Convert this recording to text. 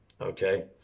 Okay